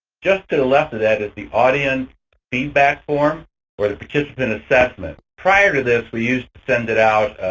just to the left of that is the audience feedback form or the participant assessment. prior to this, we used to send it out,